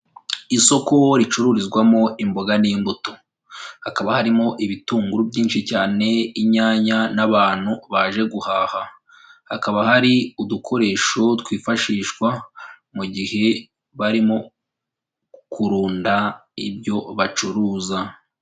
Isoko ricururizwamo imboga n'imbuto, hakaba harimo ibitunguru byinshi cyane, inyanya n'abantu baje guhaha, hakaba hari udukoresho twifashishwa mu gihe barimo kurunda ibyo bacuruza.